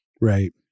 Right